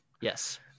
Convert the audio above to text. Yes